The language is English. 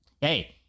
hey